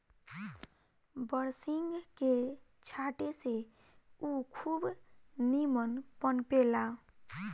बरसिंग के छाटे से उ खूब निमन पनपे ला